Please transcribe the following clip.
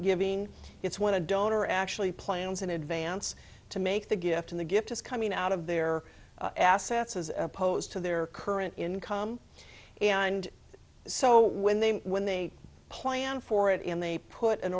giving it's when a donor actually plans in advance to make the gift in the gift is coming out of their assets as opposed to their current income and so when they when they plan for it and they put an